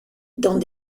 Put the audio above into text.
dans